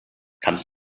kannst